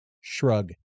shrug